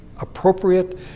appropriate